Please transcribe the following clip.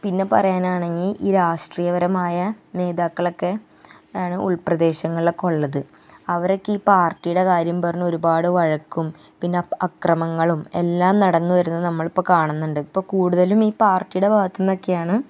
പിന്നെ പറയാനാണെങ്കിൽ ഈ രാഷ്ട്രീയപരമായ നേതാക്കളൊക്കെ ആണ് ഉള് പ്രദേശങ്ങളിലൊക്കെ ഉള്ളത് അവരൊക്കെ ഈ പാര്ട്ടിയുടെ കാര്യം പറഞ്ഞ് ഒരുപാട് വഴക്കും പിന്നെ അക് അക്രമങ്ങളും എല്ലാം നടന്ന് വരുന്നത് നമ്മളിപ്പം കാണുന്നുണ്ട് ഇപ്പം കൂടുതലും ഈ പാര്ട്ടിയുടെ ഭാഗത്തുന്നൊക്കെയാണ്